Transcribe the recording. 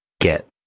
get